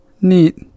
neat